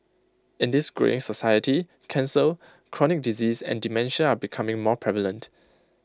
in this greying society cancer chronic disease and dementia are becoming more prevalent